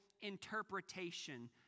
interpretation